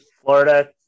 Florida